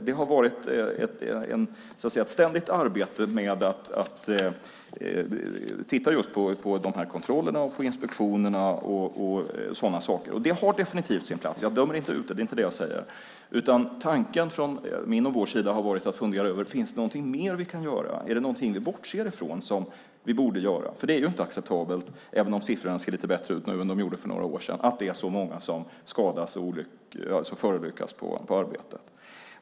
Det har varit ett ständigt arbete med att titta på de här kontrollerna, inspektionerna och sådant, och det har definitivt sin plats. Jag dömer inte ut det; det är inte det jag säger. Tanken från min och vår sida har handlat om att fundera på om det finns någonting mer vi kan göra. Är det någonting vi bortser från men som vi borde göra? Även om siffrorna nu ser lite bättre ut än för några år sedan är det inte acceptabelt att så många skadas och förolyckas i arbetet.